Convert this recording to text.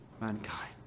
mankind